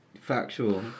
Factual